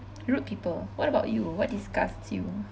rude people what about you what disgusts you